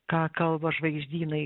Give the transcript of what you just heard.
ką kalba žvaigždynai